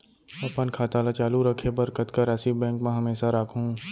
अपन खाता ल चालू रखे बर कतका राशि बैंक म हमेशा राखहूँ?